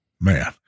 Man